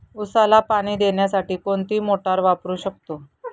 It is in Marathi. उसाला पाणी देण्यासाठी कोणती मोटार वापरू शकतो?